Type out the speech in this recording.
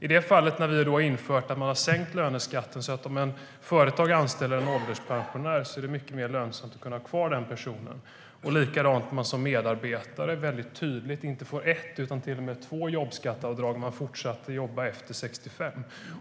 I det fallet har vi infört en sänkning av löneskatten. Om ett företag anställer en ålderspensionär är det mycket mer lönsamt att ha kvar denna person. Likadant är det tydligt att man som medarbetare inte får ett utan till och med två jobbskatteavdrag när man fortsätter att jobba efter 65.